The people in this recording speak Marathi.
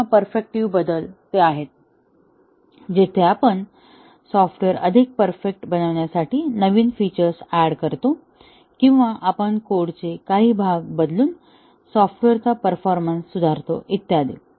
आणि परफेक्टीव्ह बदल ते आहेत जिथे आपण सॉफ्टवेअर अधिक परफेक्ट बनवण्यासाठी नवीन फीचर्स ऍड करतो किंवा आपण कोडचे काही भाग बदलून सॉफ्टवेअरचा परफॉर्मन्स सुधारतो इत्यादी